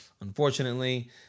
unfortunately